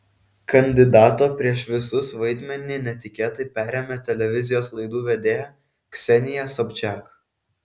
kandidato prieš visus vaidmenį netikėtai perėmė televizijos laidų vedėja ksenija sobčiak